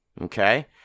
Okay